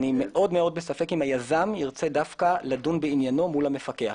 אני מאוד בספק אם היזם ירצה דווקא לדון בעניינו מול המפקח.